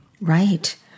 Right